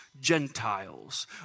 Gentiles